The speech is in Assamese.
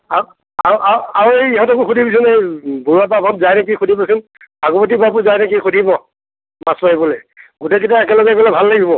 আৰু আৰু আৰু ইহঁতকো সুধিবিচোন এই বৰুৱা বাপহঁত যায় নেকি সুধিবিচোন ভাগৱতী বাবু যায় নেকি সুধিব মাছ মাৰিবলৈ গোটেইকেইটা একেলগে গ'লে ভাল লাগিব